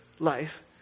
life